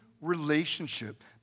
relationship